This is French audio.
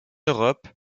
europe